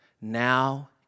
now